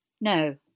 No